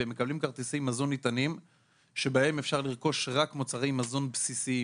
והן מקבלות כרטיסי מזון נטענים שבהם אפשר לרכוש רק מוצרי מזון בסיסיים.